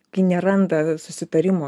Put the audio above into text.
kai neranda susitarimo